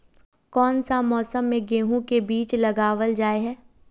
कोन सा मौसम में गेंहू के बीज लगावल जाय है